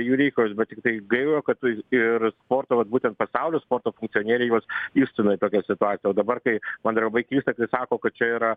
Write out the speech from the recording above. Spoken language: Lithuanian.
jų reikalas bet tiktai gaila kad ir sporto vat būtent pasaulio sporto funkcionieriai juos išstumia į tokią situaciją o dabar kai man yra labai keista kai sako kad čia yra